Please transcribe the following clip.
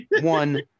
one